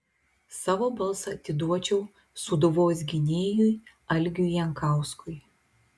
savo balsą atiduočiau sūduvos gynėjui algiui jankauskui